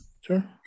sure